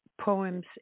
poems